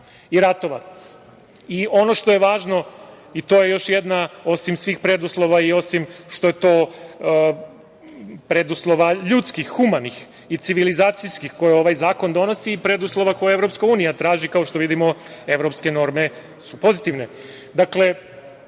i ratova. I ono što je važno, to je još jedna osim svih preduslova i osim što je to preduslova ljudskih, humanih i civilizacijskih koje ovaj zakon donosi i preduslova koje EU traži, kao što vidimo evropske norme su pozitivne. Dakle,